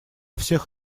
всех